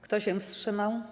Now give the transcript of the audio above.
Kto się wstrzymał?